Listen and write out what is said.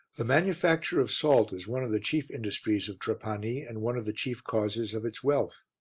the manufacture of salt is one of the chief industries of trapani and one of the chief causes of its wealth.